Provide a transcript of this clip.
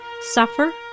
suffer